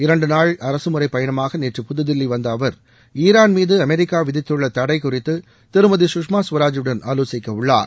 இரண்டு நாள் அரசு முறை பயணமாக நேற்று புதுதில்லி வந்த அவர் ஈரான் மீது அமெரிக்கா விதித்துள்ள தடை குறித்து திருமதி சுஷ்மா சுவராஜுடன் ஆலோசிக்க உள்ளார்